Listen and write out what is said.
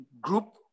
group